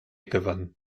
gewannen